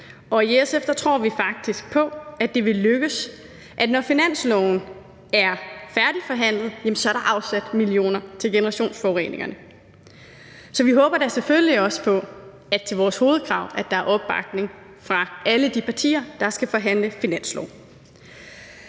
i SF tror vi faktisk på, at det vil lykkes, så der, når finansloven er færdigforhandlet, er afsat millioner til generationsforureningerne. Så vi håber da selvfølgelig også på, at der til vores hovedkrav er opbakning fra alle de partier, der skal forhandle finanslov.